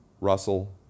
Russell